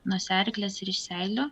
nosiaryklės ir iš seilių